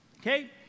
Okay